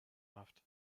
haft